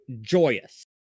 joyous